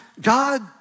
God